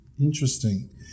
Interesting